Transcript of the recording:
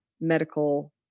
medical